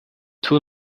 two